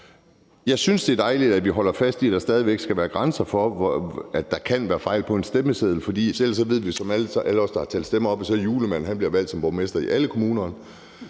Jeg synes, det er dejligt, at vi holder fast i, at der stadig væk skal være grænser, og at der kan være fejl på en stemmeseddel. For ellers ved alle os, der har talt stemmer op, at julemanden ville blive valgt som borgmester i alle kommunerne.